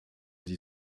die